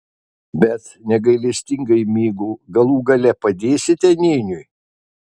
bet negailestingai mygu galų gale padėsite nėniui